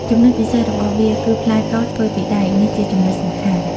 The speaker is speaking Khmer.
ចំណុចពិសេសរបស់វាគឺផ្លែកោសធ្វើពីដែក នេះជាចំណុចសំខាន់។